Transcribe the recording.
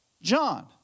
John